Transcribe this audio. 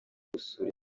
gusura